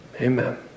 Amen